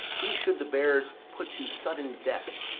he should the bearers put to sudden death,